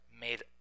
made